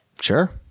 Sure